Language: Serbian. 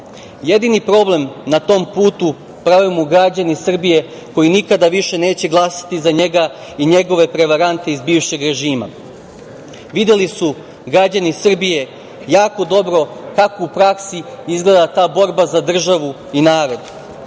Jedini problem na tom putu prave mu građani Srbije koji nikada više neće glasati za njega i njegove prevarante iz bivšeg režima. Videli su građani Srbija jako dobro kako u praksi izgleda ta borba za državu i narod.